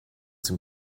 some